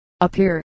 appear